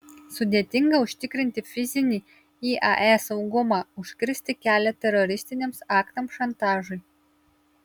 sudėtinga užtikrinti fizinį iae saugumą užkirsti kelią teroristiniams aktams šantažui